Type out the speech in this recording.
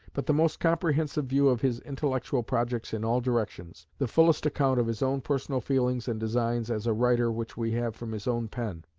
but the most comprehensive view of his intellectual projects in all directions, the fullest account of his own personal feelings and designs as a writer which we have from his own pen,